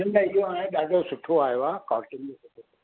न न इहो हाणे ॾाढो सुठो आयो आहे कॉटन जो कपिड़ो